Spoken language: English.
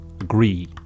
agree